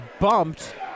bumped